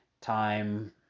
time